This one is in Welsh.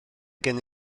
gen